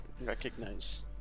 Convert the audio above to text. recognize